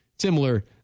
Similar